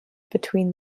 between